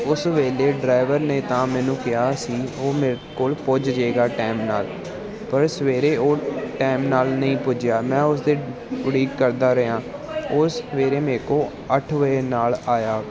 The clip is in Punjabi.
ਉਸ ਵੇਲੇ ਡਰਾਈਵਰ ਨੇ ਤਾਂ ਮੈਨੂੰ ਕਿਹਾ ਸੀ ਉਹ ਮੇਰੇ ਕੋਲ ਪੁੱਜ ਜਾਵੇਗਾ ਟਾਈਮ ਨਾਲ ਪਰ ਸਵੇਰੇ ਉਹ ਟਾਈਮ ਨਾਲ ਨਹੀਂ ਪੁੱਜਿਆ ਮੈਂ ਉਸਦੇ ਉਡੀਕ ਕਰਦਾ ਰਿਹਾ ਉਸ ਸਵੇਰੇ ਮੇਰੇ ਕੋਲ ਅੱਠ ਵਜੇ ਨਾਲ ਆਇਆ